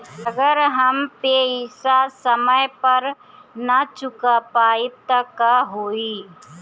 अगर हम पेईसा समय पर ना चुका पाईब त का होई?